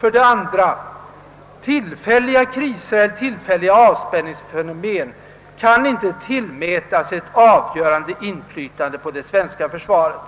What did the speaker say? Den andra förutsättningen är att tillfälliga kriser eller tillfälliga avspänningsfenomen inte kan tillmätas något avgörande inflytande på det svenska försvaret.